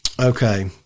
Okay